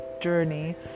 Journey